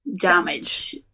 damage